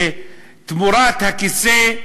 תמורת הכיסא,